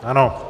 Ano.